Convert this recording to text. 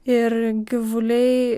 ir gyvuliai